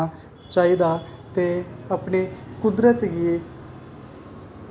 असेंगी उत्थें बिल्कुल बी गंद नेईं पाना चाहिदा ते अपने कुदरत गी